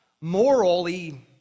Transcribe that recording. morally